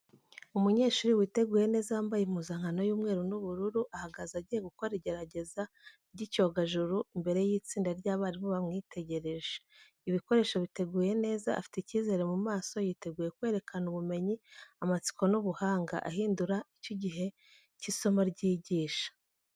Umunyeshuri witeguye neza, wambaye impuzankano y’umweru n’ubururu, ahagaze agiye gukora igerageza ry'icyogajuru imbere y’itsinda ry’abarimu bamwitegereje. Ibikoresho biteguye neza, afite icyizere mu maso yiteguye kwerekana ubumenyi, amatsiko n’ubuhanga, ahindura icyo gihe igihe cy' isomo ryigisha.